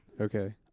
Okay